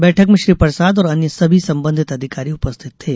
बैठक में श्री प्रसाद और अन्य सभी संबंधित अधिकारी उपस्थित थे